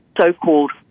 so-called